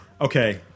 Okay